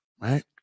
right